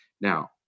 Now